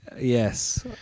yes